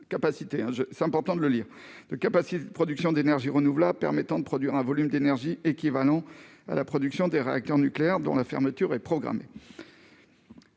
souligne l'importance de ce terme -de production d'énergies renouvelables permettant de fournir un volume d'énergie équivalent à la production des réacteurs nucléaires dont la fermeture est programmée.